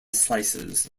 slices